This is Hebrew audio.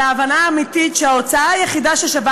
על ההבנה האמיתית שההוצאה היחידה ששווה